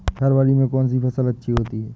फरवरी में कौन सी फ़सल अच्छी होती है?